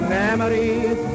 memories